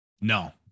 No